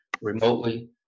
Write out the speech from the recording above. remotely